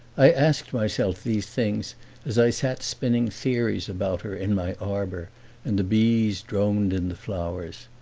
i asked myself these things as i sat spinning theories about her in my arbor and the bees droned in the flowers.